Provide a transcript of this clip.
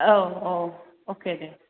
औ औ अके दे